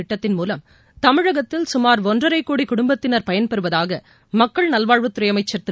திட்டத்தின் மூலம் தமிழகத்தில் சுமார் ஒன்றரை கோடி குடும்பத்தினர் பயன்பெறுவதாக மக்கள் நல்வாழ்வுத் துறை அமைச்சர் திரு